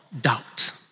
doubt